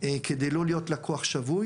כדי לא להיות לקוח שבוי